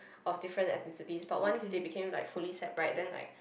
of different ethnicities but once they became like fully Sap right then like